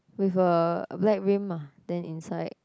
with a black rim ah then inside